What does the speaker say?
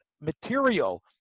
material